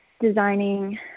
designing